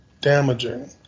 damaging